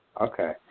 Okay